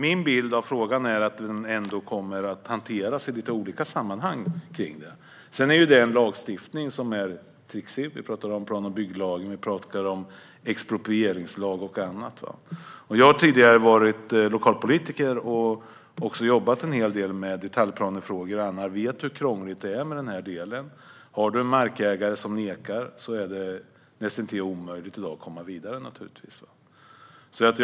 Min bild av frågan är att den ändå kommer att hanteras i lite olika sammanhang. Sedan är det en lagstiftning som är trixig - vi pratar om plan och bygglagen, och vi pratar om exproprieringslag och annat. Jag har tidigare varit lokalpolitiker och också jobbat en hel del med detaljplanefrågor, och jag vet hur krångligt det är med det här. Om en markägare nekar är det näst intill omöjligt att komma vidare i dag.